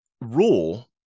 rule